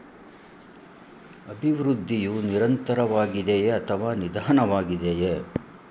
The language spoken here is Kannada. ಅಭಿವೃದ್ಧಿಯು ನಿರಂತರವಾಗಿದೆಯೇ ಅಥವಾ ನಿಧಾನವಾಗಿದೆಯೇ?